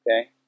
Okay